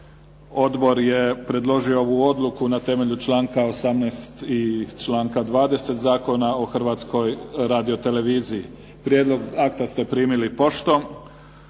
Odbor je predložio ovu odluku na temelju članka 18. i članka 20. Zakona o Hrvatskoj radio televiziji. Prijedlog akta ste primili poštom.